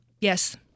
Yes